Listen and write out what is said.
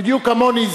בדיוק כמוני,